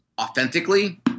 authentically